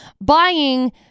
buying